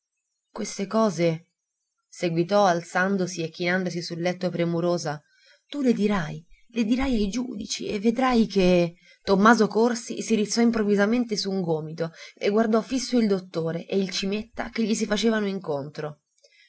queste cose seguitò alzandosi e chinandosi sul letto premurosa tu le dirai le dirai ai giudici e vedrai che tommaso corsi si rizzò improvvisamente su un gomito e guardò fiso il dottore e il cimetta che gli si facevano incontro